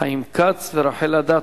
חיים כץ ורחל אדטו,